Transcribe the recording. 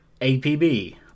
APB